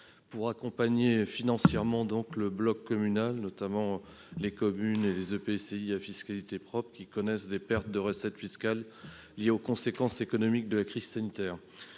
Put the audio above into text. pour accompagner financièrement le bloc communal, à savoir les communes et les EPCI à fiscalité propre, qui connaissent des pertes de recettes fiscales liées aux conséquences économiques de la crise sanitaire.